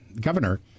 governor